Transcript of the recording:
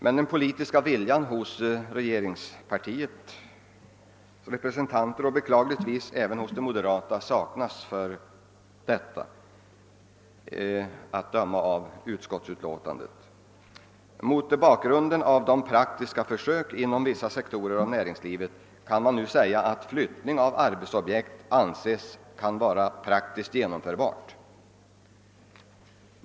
Men den politiska viljan saknas hos regeringspartiets representanter och beklagligtvis även hos de moderata, att döma av utskottsutlåtandet. Mot bakgrunden av praktiska försök inom vissa sektorer av näringslivet kan en flyttning av arbetsobjekt anses vara praktiskt genomförbar.